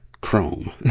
Chrome